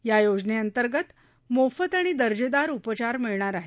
या योजनेअंतर्गत मोफत आणि दर्जेदार उपचार मिळणार आहेत